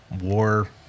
war